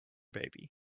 baby